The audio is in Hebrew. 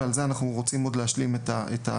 ועל זה אנחנו רוצים להשלים את הליבון,